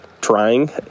trying